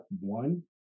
one